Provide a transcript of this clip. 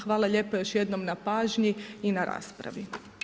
Hvala lijepo još jednom na pažnji i na raspravi.